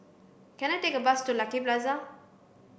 can I take a bus to Lucky Plaza